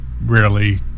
rarely